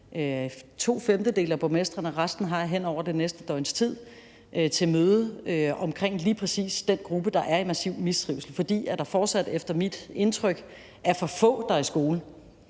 to femtedele af borgmestrene – og resten har jeg hen over det næste døgns tid – til møde om lige præcis den gruppe, der er i massiv mistrivsel. For efter mit indtryk er der fortsat for få, der er i skole.